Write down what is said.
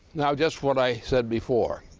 now, just what i said before